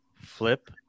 flip